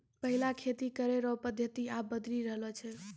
पैहिला खेती करै रो पद्धति आब बदली रहलो छै